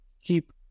keep